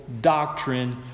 doctrine